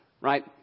right